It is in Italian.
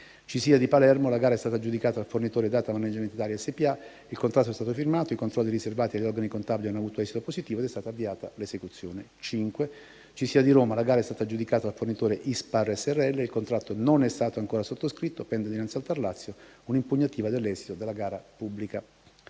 CISIA di Palermo: la gara è stata aggiudicata al fornitore Datamanagement Italia SpA, il contratto è stato firmato, i controlli riservati agli organi contabili hanno avuto esito positivo ed è stata avviata l'esecuzione. CISIA di Roma: la gara è stata aggiudicata al fornitore ISPAR Srl, il contratto non è stato ancora sottoscritto, pende innanzi al TAR del Lazio un'impugnativa dell'esito della gara pubblica.